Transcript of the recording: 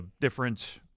different